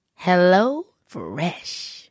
HelloFresh